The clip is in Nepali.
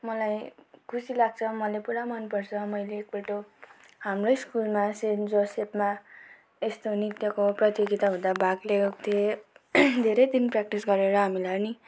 मलाई खुसी लाग्छ मलाई पुरा मनपर्छ मैले एकपल्ट हाम्रै स्कुलमा सेन्ट जोसेफमा यस्तो नृत्यको प्रतियोगिता हुँदा भाग लिएको थिएँ धेरै दिन प्र्याक्टिस गरेर हामीलाई पनि